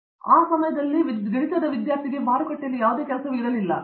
ಆದ್ದರಿಂದ ಆ ಸಮಯದಲ್ಲಿ ಗಣಿತ ವಿದ್ಯಾರ್ಥಿಗಳಿಗೆ ಮಾರುಕಟ್ಟೆಯಲ್ಲಿ ಯಾವುದೇ ಕೆಲಸವೂ ಇರಲಿಲ್ಲ